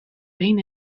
behin